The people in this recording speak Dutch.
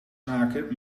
maken